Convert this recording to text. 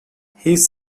his